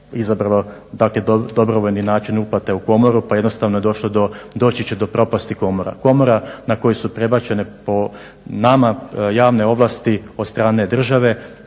izabralo dobrovoljni način uplate u komoru pa jednostavno doći će do propasti komora. Komora na koju su prebačene po nama javne ovlasti od strane države